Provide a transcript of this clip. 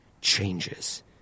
changes